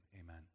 amen